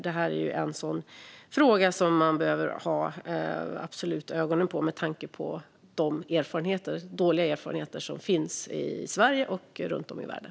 Det här är en sådan fråga som man absolut behöver ha ögonen på med tanke på de dåliga erfarenheter som finns i Sverige och runt om i världen.